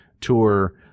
tour